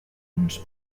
uns